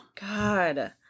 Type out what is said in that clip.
God